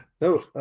No